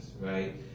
right